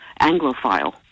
Anglophile